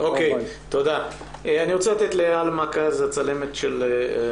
אני רוצה לתת רשות דיבור לצלמת התערוכה,